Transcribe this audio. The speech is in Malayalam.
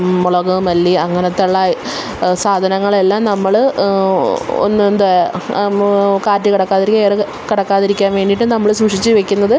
മുളക് മല്ലി അങ്ങനത്തെള്ളായ് സാധനങ്ങളെല്ലാം നമ്മൾ ഒന്നെന്താ കാറ്റ് കടക്കാതിരിക്കാൻ എയറ് കടക്കാതിരിക്കാൻ വേണ്ടീട്ട് നമ്മൾ സൂക്ഷിച്ച് വെയ്ക്കുന്നത്